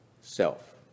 self